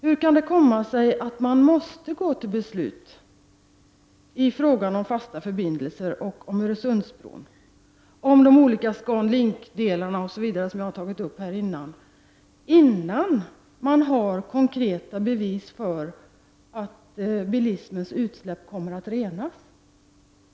Hur kommer det sig att man måste gå till beslut i frågan om fasta förbindelser, om Öresundsbron, om olika ScanLink-delar osv. som jag har tagit upp tidigare, innan man har konkreta bevis för att bilismens utsläpp kommer att renas?